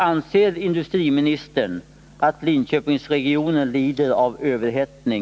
Anser industriministern att arbetsmarknaden i Linköpingsregionen lider av överhettning?